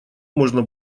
можно